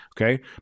Okay